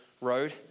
Road